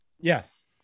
Yes